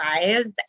lives